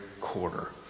quarter